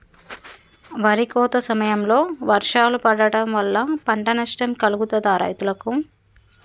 వరి కోత సమయంలో వర్షాలు పడటం వల్ల పంట నష్టం కలుగుతదా రైతులకు?